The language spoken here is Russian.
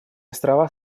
острова